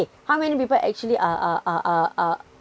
how many people actually uh uh uh uh uh